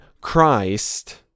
Christ